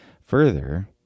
further